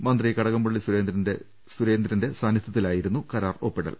മന്ത്രി കടകംപള്ളി സുരേന്ദ്രന്റെ സാന്നിധൃത്തിലായിരുന്നു കരാർ ഒപ്പിടൽ